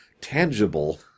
Tangible